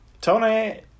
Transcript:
Tony